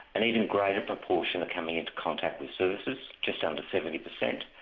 an even greater proportion are coming into contact with services, just under seventy percent.